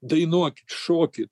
dainuokit šokit